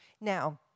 Now